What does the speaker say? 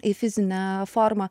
į fizinę formą